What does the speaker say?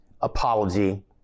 apology